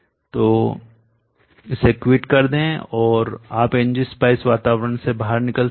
तो इसे क्विट कर दे और आप ng spice वातावरण से बाहर निकल सकते हैं